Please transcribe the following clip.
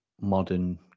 modern